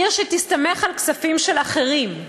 עיר שתסתמך על כספים של אחרים,